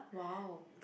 !wow!